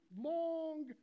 long